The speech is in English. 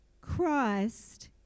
Christ